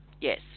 Yes